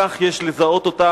כך יש לזהות אותה,